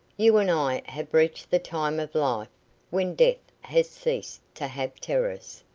you and i have reached the time of life when death has ceased to have terrors.